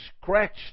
scratched